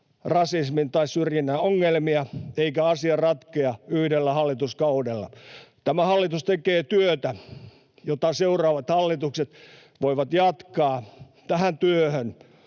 rasismin tai syrjinnän ongelmia, eikä asia ratkea yhdellä hallituskaudella. Tämä hallitus tekee työtä, jota seuraavat hallitukset voivat jatkaa. Tähän työhön